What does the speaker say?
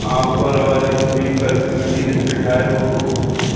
offer वारी सभई परफ्यूमनि जी लिस्ट ठाहियो